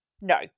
no